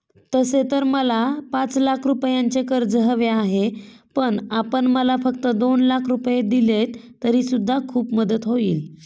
तसे तर मला पाच लाख रुपयांचे कर्ज हवे आहे, पण आपण मला फक्त दोन लाख रुपये दिलेत तरी सुद्धा खूप मदत होईल